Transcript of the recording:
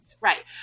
right